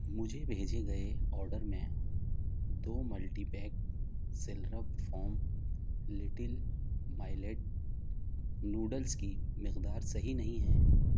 مجھے بھیجے گئے آرڈر میں دو multi pack Slurrp Farm little millet noodles کی مقدار صحیح نہیں ہے